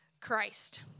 Christ